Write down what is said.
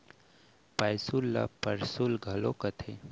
पैसुल ल परसुल घलौ कथें